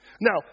Now